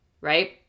Right